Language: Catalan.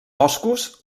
boscos